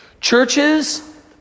Churches